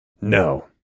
No